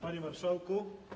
Panie Marszałku!